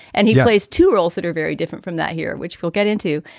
and he plays two roles that are very different from that here, which we'll get into.